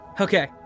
okay